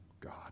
God